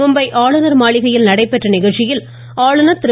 மும்பை ஆளுநர் மாளிகையில் நடைபெற்ற நிகழ்ச்சியில் ஆளுநர் திரு